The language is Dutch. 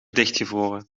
dichtgevroren